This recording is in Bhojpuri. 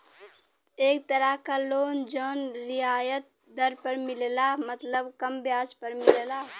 एक तरह क लोन जौन रियायत दर पर मिलला मतलब कम ब्याज पर मिलला